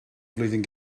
flwyddyn